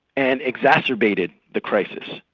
and exacerbated the crisis,